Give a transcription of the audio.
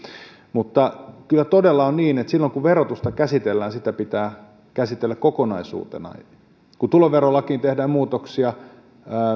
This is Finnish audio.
mutta kyllä todella on niin että silloin kun verotusta käsitellään sitä pitää käsitellä kokonaisuutena kun tuloverolakiin tehdään muutoksia